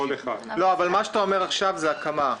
מה שאתה אומר עכשיו זה הקמה.